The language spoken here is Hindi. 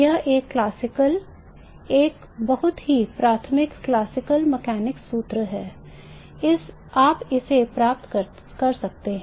यह एक क्लासिकल एक बहुत ही प्राथमिक क्लासिकल मैकेनिकल सूत्र है आप इसे प्राप्त कर सकते हैं